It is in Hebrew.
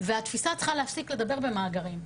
והתפיסה צריכה להפסיק לדבר במאגרים.